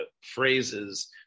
phrases